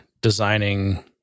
designing